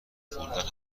خوردن